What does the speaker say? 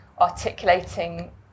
articulating